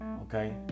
Okay